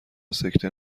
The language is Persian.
سکته